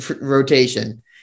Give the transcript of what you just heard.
rotation